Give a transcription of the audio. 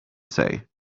say